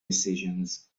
decisions